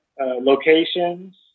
locations